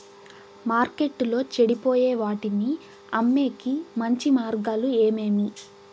మార్కెట్టులో చెడిపోయే వాటిని అమ్మేకి మంచి మార్గాలు ఏమేమి